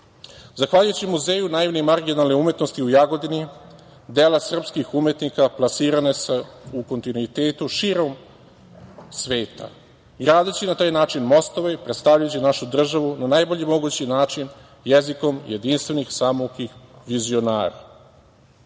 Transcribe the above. umetnosti. Zahvaljujući Muzeju naivne i marginalne umetnosti u Jagodini, dela srpskih umetnika plasirana su u kontinuitetu širom sveta, gradeći na taj način mostove i predstavljajući našu državu na najbolji mogući način, jezikom jedinstvenih, samoukih